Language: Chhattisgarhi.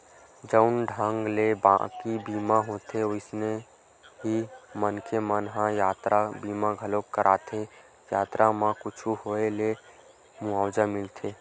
जउन ढंग ले बाकी बीमा होथे अइसने ही मनखे मन ह यातरा बीमा घलोक कराथे यातरा म कुछु होय ले मुवाजा मिलथे